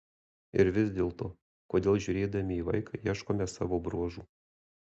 ir vis dėlto kodėl žiūrėdami į vaiką ieškome savo bruožų